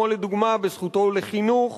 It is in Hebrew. כמו לדוגמה בזכותו לחינוך.